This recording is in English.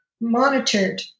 monitored